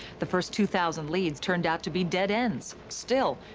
the first two thousand leads turned out to be dead ends. still,